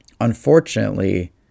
Unfortunately